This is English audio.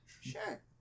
Sure